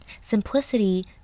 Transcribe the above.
Simplicity